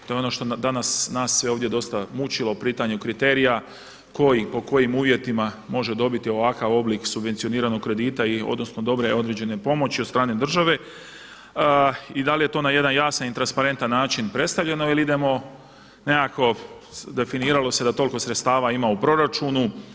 To je ono što danas nas sve ovdje dosta mučilo po pitanju kriterija, koji, po kojim uvjetima može dobiti ovakav oblik subvencioniranog kredita i odnosno dobre određene pomoći od strane države i da li je to na jedan jasan i transparentan način predstavljeno ili idemo nekako definiralo se da toliko sredstava ima u proračunu.